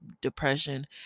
depression